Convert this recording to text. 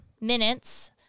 minutes